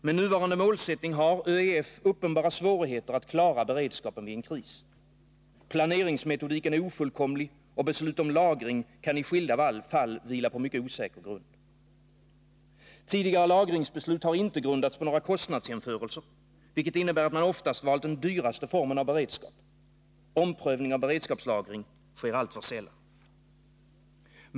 Med nuvarande målsättning har ÖEF uppenbara svårigheter att klara beredskapen vid en kris. Planeringsmetodiken är ofrånkomlig, och beslut om lagring kan i skilda fall vila på mycket osäker grund. Tidigare lagringsbeslut har inte grundats på några kostnadsjämförelser, vilket innebär att man oftast valt den dyraste formen av beredskap. Omprövning av beredskapslagring sker alltför sällan.